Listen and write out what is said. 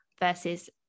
versus